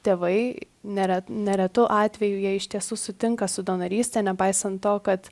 tėvai nere neretu atveju jie iš tiesų sutinka su donoryste nepaisant to kad